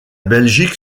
belgique